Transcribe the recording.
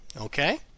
Okay